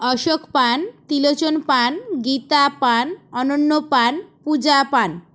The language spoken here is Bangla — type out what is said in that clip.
অশোক পান ত্রিলোচন পান গীতা পান অনন্য পান পূজা পান